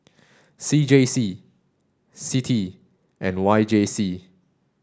C J C CITI and YJC